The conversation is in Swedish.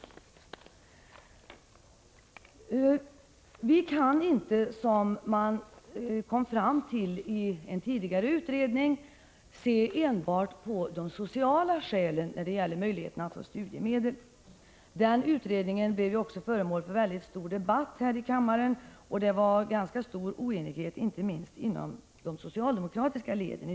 Det går inte att, som man kom fram till i en tidigare utredning, se enbart på de sociala skälen när det gäller möjligheten att få studiemedel. Den utredningen blev ju också föremål för en omfattande debatt i kammaren, och det rådde ganska stor oenighet inte minst inom de socialdemokratiska leden.